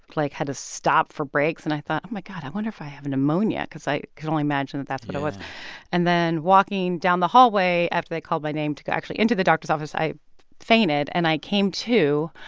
like, had a stop for breaks. and i thought oh, my god, i wonder if i have pneumonia because i could only imagine that that's what it was yeah and then walking down the hallway after they called my name to go actually into the doctor's office, i fainted. and i came to.